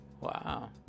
Wow